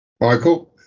Michael